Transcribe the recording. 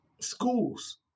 schools